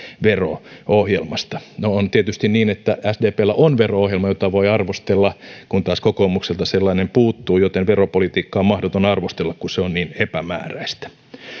vero ohjelmasta on tietysti niin että sdpllä on vero ohjelma jota voi arvostella kun taas kokoomukselta sellainen puuttuu joten veropolitiikkaa on mahdoton arvostella kun se on niin epämääräistä